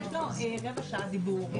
--- יש לו רבע שעה דיבור.